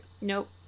Nope